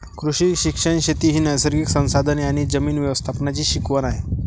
कृषी शिक्षण शेती ही नैसर्गिक संसाधने आणि जमीन व्यवस्थापनाची शिकवण आहे